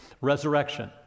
resurrection